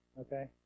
okay